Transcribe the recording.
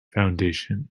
foundation